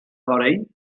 fory